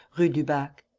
rue du bac.